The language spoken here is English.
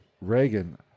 Reagan